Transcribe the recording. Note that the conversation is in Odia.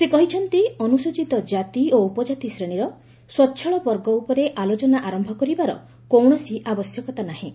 ସେ କହିଛନ୍ତି ଅନୁସୂଚିତ କାତି ଓ ଉପଜାତି ଶ୍ରେଣୀର ସ୍ୱଚ୍ଛଳବର୍ଗ ଉପରେ ଆଲୋଚନା ଆରୟ କରିବାର କୌଣସି ଆବଶ୍ୟକତା ନାହିଁ